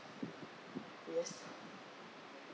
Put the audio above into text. yes